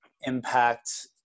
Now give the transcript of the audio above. impact